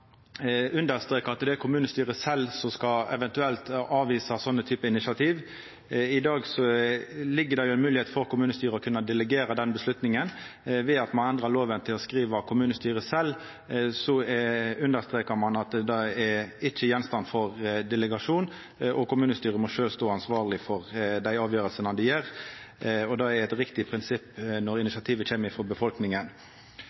at det er kommunestyret sjølv som eventuelt skal avvisa sånne typar initiativ. I dag er det mogleg for kommunestyret å kunna delegera den avgjerda. Ved at ein endrar loven og skriv kommunestyret sjølv, understrekar ein at det ikkje er gjenstand for delegering. Kommunestyret må sjølv stå ansvarleg for dei avgjerdene dei tek, og det er eit riktig prinsipp når